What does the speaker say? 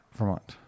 Vermont